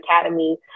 Academy